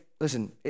Listen